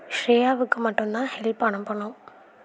ஸ்ரேயாவுக்கு மட்டுந்தான் ஹெல்ப் அனுப்பணும்